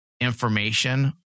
information